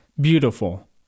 beautiful